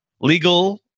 legal